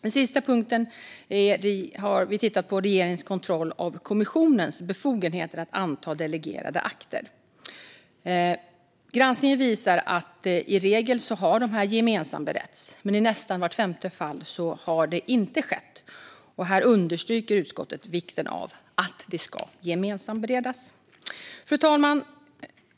I den sista punkten har vi tittat på regeringens kontroll av kommissionens befogenheter att anta delegerade akter. Granskningen visar att dessa i regel har gemensamberetts. Men i nästan vart femte fall har detta inte skett, och utskottet understryker vikten av att dessa akter gemensambereds. Fru talman!